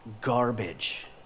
garbage